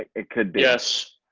it could be yes.